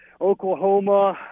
Oklahoma